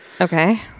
Okay